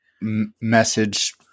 message